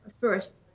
first